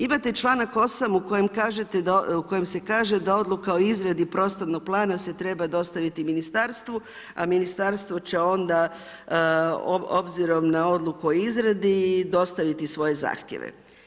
Imate čl. 8. u kojem kažete, u kojem se kaže da odluka o izradi prostornog plana se treba dostaviti ministarstvu, a ministarstvo će onda obzirom na odluku o izradi, dostaviti svoje zahtjeve.